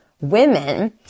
women